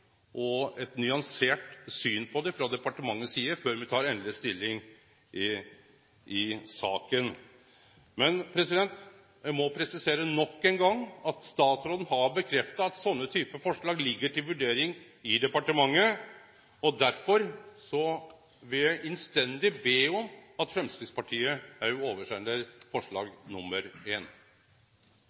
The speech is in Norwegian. og eit nyansert syn på det frå departementet si side – før me tek endeleg stilling i saka. Eg må presisere nok ein gong at statsråden har bekrefta at sånne forslag ligg til vurdering i departementet. Derfor vil eg innstendig be om at Framstegspartiet òg oversender forslag